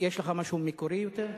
יש לך משהו מקורי יותר?